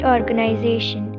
Organization